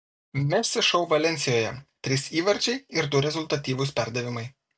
messi šou valensijoje trys įvarčiai ir du rezultatyvūs perdavimai